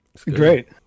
Great